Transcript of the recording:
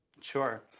Sure